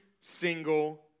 single